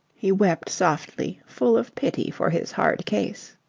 he wept softly, full of pity for his hard case.